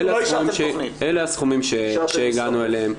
אלה סכומים שהגענו אליהם.